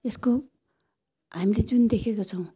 यसको हामीले जुन देखेको छौँ